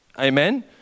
Amen